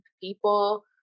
people